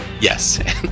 Yes